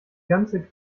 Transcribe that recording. ganze